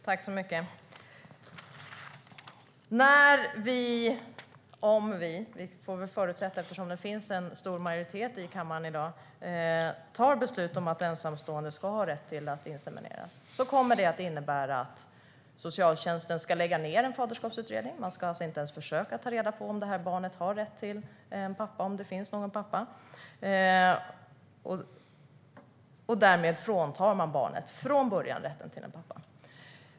Herr talman! När vi tar beslut om att ensamstående ska ha rätt att insemineras - vi får väl förutsätta att det blir så, eftersom det finns en stor majoritet för det i kammaren i dag - kommer det att innebära att socialtjänsten ska lägga ned faderskapsutredningar. Man ska alltså inte ens försöka ta reda på om det finns någon pappa som barnen har rätt till. Därmed fråntar man från början barnen rätten till en pappa.